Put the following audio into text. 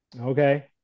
Okay